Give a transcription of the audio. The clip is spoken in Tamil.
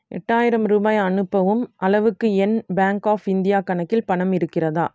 எட்டாயிரம் ரூபாய் அனுப்பவும் அளவுக்கு என் பேங்க் ஆஃப் இந்தியா கணக்கில் பணம் இருக்கிறதா